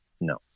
No